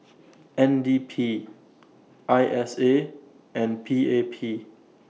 N D P I S A and P A P